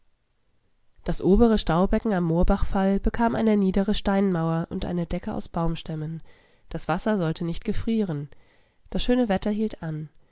das obere staubecken am moorbachfall bekam eine niedere steinmauer und eine decke aus baumstämmen das wasser sollte nicht gefrieren das schöne wetter hielt an